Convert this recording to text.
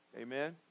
Amen